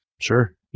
Sure